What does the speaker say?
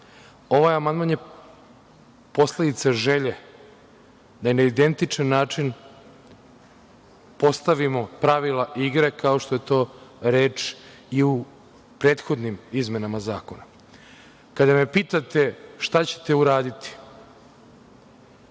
amandman je posledica želja da na identičan način postavimo pravila igre kao što je to reč i u prethodnim izmenama zakona. Kada me pitate šta ćete uraditi?